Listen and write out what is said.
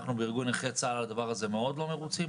אנחנו בארגון נכי צה"ל מאוד לא מרוצים מן הדבר הזה.